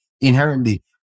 inherently